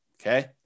okay